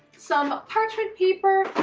some parchment paper,